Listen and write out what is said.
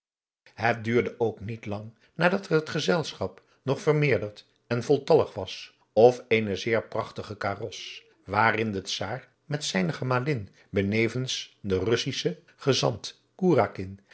het duurde ook niet lang nadat het gezelschap nog vermeerderd en voltallig was of eene zeer prachtige karos waarin de czaar met zijne gemalin benevens den russischen gezant